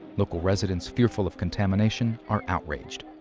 local residents fearful of contamination are outraged.